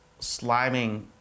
sliming